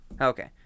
Okay